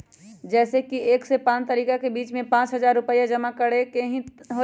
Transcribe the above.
जैसे कि एक से पाँच तारीक के बीज में पाँच हजार रुपया जमा करेके ही हैई?